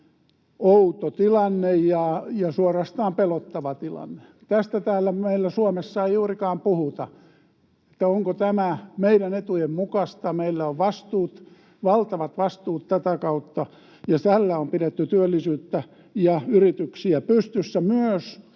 outo tilanne ja suorastaan pelottava tilanne. Tästä täällä meillä Suomessa ei juurikaan puhuta, onko tämä meidän etujen mukaista. Meillä on vastuut, valtavat vastuut tätä kautta, ja tällä on pidetty työllisyyttä ja yrityksiä pystyssä, myös